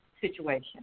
situation